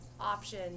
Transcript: Option